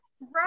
Right